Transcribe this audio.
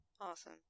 Awesome